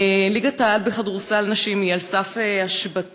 ליגת-העל בכדורסל נשים היא על סף השבתה,